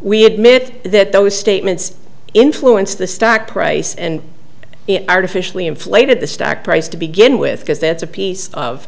we admit that those statements influenced the stock price and it artificially inflated the stock price to begin with because that's a piece of